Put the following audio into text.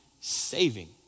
saving